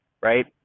right